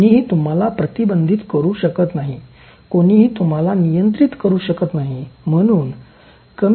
कोणीही तुम्हाला प्रतिबंधित करू शकत नाही कोणीही तुम्हाला नियंत्रित करू शकत नाही